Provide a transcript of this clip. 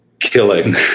killing